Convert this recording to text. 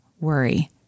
worry